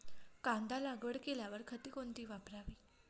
कांदा लागवड केल्यावर खते कोणती वापरावी?